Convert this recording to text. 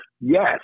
Yes